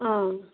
ꯑꯥ